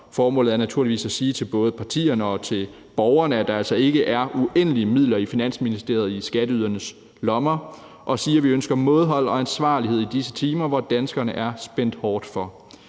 Formålet er naturligvis at sige til både partierne og til borgerne, at der altså ikke er uendelige midler i Finansministeriet i skatteydernes lommer og sige, at vi ønsker mådehold og ansvarlighed i disse timer, hvor danskerne er spændt hårdt for.